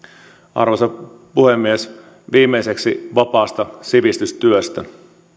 arvoisa puhemies viimeiseksi vapaasta sivistystyöstä